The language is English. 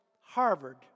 Harvard